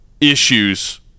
issues